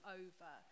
over